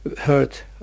hurt